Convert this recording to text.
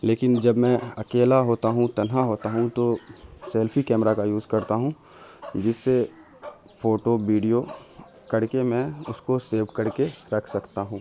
لیکن جب میں اکیلا ہوتا ہوں تنہا ہوتا ہوں تو سیلفی کیمرہ کا یوز کرتا ہوں جس سے فوٹو ویڈیو کر کے میں اس کو سیو کر کے رکھ سکتا ہوں